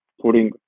putting